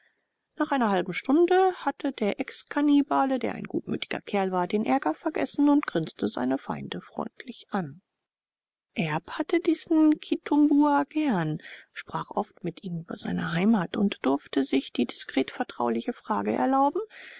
nach einer halben stunde hatte der exkannibale der ein gutmütiger kerl war den ärger vergessen und grinste seine feinde freundlich an erb hatte diesen kitumbua gern sprach oft mit ihm über seine heimat und durfte sich die diskret vertrauliche frage erlauben